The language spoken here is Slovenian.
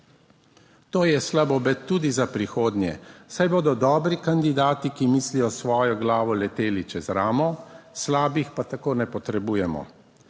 (nadaljevanje) tudi za prihodnje, saj bodo dobri kandidati, ki mislijo s svojo glavo, leteli čez ramo. Slabih pa tako ne potrebujemo.